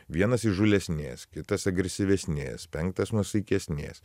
vienas įžūlesnės kitas agresyvesnės penktas nuosaikesnės